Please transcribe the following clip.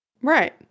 Right